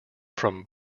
from